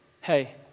hey